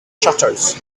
shutters